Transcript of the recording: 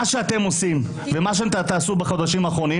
מה שאתם עושים ומה שתעשו בחודשים האחרונים